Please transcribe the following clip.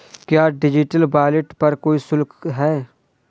क्या digital wallet पर कोई शुल्क है?